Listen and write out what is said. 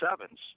Sevens